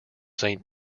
saint